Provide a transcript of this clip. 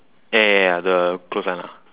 ya ya ya the clothesline uh